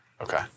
Okay